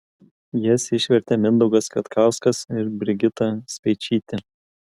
jas išvertė mindaugas kvietkauskas ir brigita speičytė